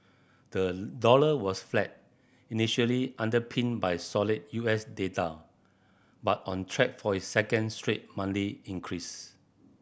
the dollar was flat initially underpinned by solid U S data but on track for its second straight Monday increase